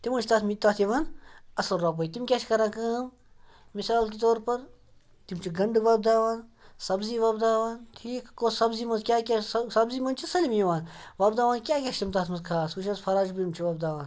تِمو چھِ تَتھ تَتھ یِوان اَصٕل رۄپٕے تِم کیٛاہ چھِ کَران کٲم مِثال کے طور پَر تِم چھِ گَنٛڈٕ وۄپداوان سَبزی وۄپداوان ٹھیٖک کۄس سبزی منٛز کیٛاہ کیٛاہ چھِ سبزی منٛز چھِ سٲلِم یِوان وۄپداوان کیٛاہ کیٛاہ چھِ تِم تَتھ منٛز خاص وٕچھ حظ فَراج بِیٖن چھِ وۄپداوان